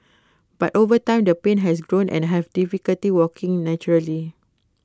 but over time the pain has grown and I have difficulty walking naturally